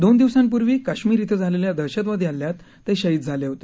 दोन दिवसांपूर्वी काश्मिर श्वं झालेल्या दहशतवादी हल्ल्यात ते शहिद झाले होते